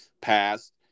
passed